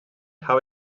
habe